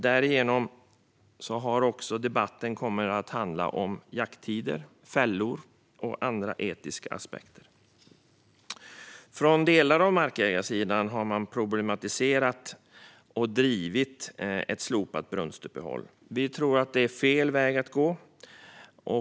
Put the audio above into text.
Därigenom har också debatten kommit att handla om jakttider, fällor och andra etiska aspekter. En del markägare har problematiserat och drivit ett slopat brunstuppehåll. Vi tror att det är fel väg att gå.